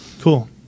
Cool